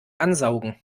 ansaugen